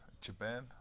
Japan